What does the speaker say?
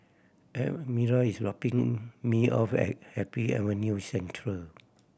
Elmira is dropping me off at Happy Avenue Central